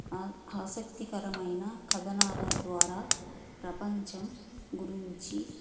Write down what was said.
ఆసక్తికరమైన కథనాల ద్వారా ప్రపంచం గురించి